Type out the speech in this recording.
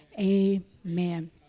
Amen